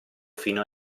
fino